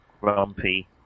grumpy